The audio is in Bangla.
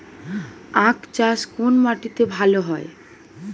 আখ চাষ কোন মাটিতে ভালো হয়?